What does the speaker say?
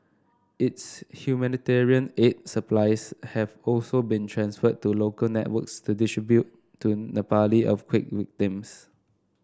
its humanitarian aid supplies have also been transferred to local networks to distribute to Nepali earthquake victims